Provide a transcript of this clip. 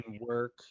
work